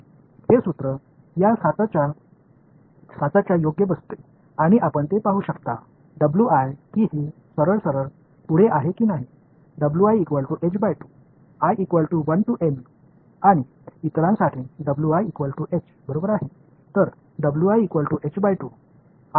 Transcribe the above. हे सूत्र या साच्यात योग्य बसते आणि आपण ते पाहू शकता की हे सरळ सरळ पुढे आहे की नाही आणि इतरांसाठी बरोबर आहे